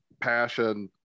passion